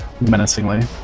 Menacingly